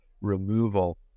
removal